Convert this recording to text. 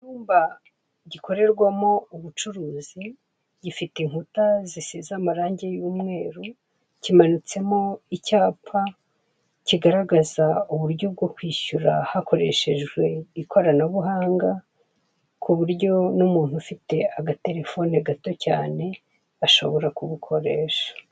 Icyumba gikorerwamo ubucuruzi gifite inkuta zisize amarangi y'umweru. Kimanitsemo icyapa kigaragaza uburyo bwo kwishyura hakoreshejwe ikoranabuhanga, ku buryo n'umuntu ufite agatelefoni gato cyane ashobora kubukoresha.